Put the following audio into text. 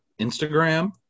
Instagram